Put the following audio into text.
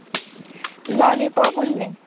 lollipop उरलें